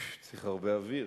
צריך הרבה אוויר.